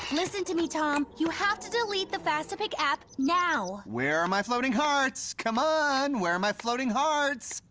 listen to me, tom. you have to delete the fastapic app now! where are my floating hearts? come, on! where are my floating hearts?